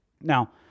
Now